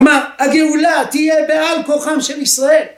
מה? הגאולה תהיה בעל כוחם של ישראל?